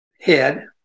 head